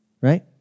Right